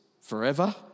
forever